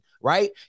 right